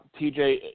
TJ